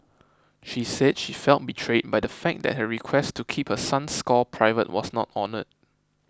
she said she felt betrayed by the fact that her request to keep her son's score private was not honoured